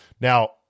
Now